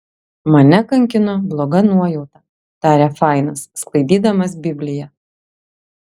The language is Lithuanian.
mane kankino bloga nuojauta tarė fainas sklaidydamas bibliją